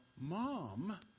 mom